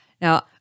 Now